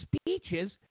speeches